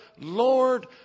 Lord